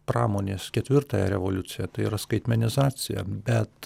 pramonės ketvirtąją revoliuciją tai yra skaitmenizaciją bet